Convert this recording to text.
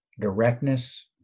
directness